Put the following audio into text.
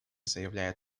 заявляют